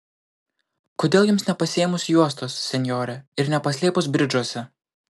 kodėl jums nepasiėmus juostos senjore ir nepaslėpus bridžuose